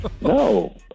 No